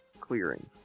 clearing